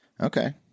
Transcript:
Okay